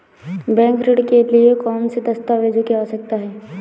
Bank ऋण के लिए कौन से दस्तावेजों की आवश्यकता है?